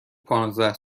پانزده